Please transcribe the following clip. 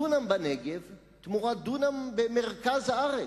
דונם בנגב תמורת דונם במרכז הארץ.